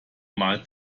mal